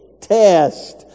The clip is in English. test